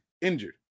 injured